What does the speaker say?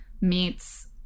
meets